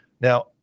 Now